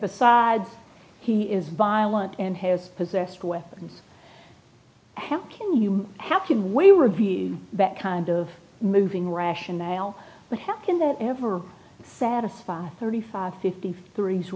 besides he is violent and has possessed weapons how can you how can we review that kind of moving rationale but how can that ever satisfy thirty five fifty three